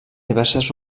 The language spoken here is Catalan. diverses